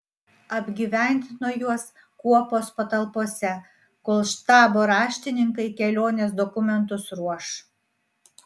apgyvendino juos kuopos patalpose kol štabo raštininkai kelionės dokumentus ruoš